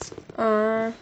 orh